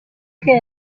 que